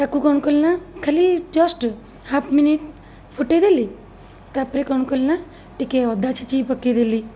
ତାକୁ କ'ଣ କଲି ନା ଖାଲି ଜଷ୍ଟ ହାଫ୍ ମିନିଟ୍ ଫୁଟାଇ ଦେଲି ତା'ପରେ କ'ଣ କଲି ନା ଟିକିଏ ଅଦା ଛେଚିକି ପକାଇଦେଲି